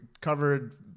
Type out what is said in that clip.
covered